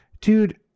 Dude